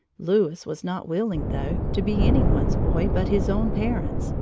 louis was not willing, though, to be any one's boy but his own parents',